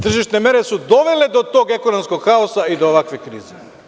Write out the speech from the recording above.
Tržišne mere su dovele do tog ekonomskog haosa i do ovakvih kriza.